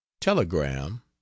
telegram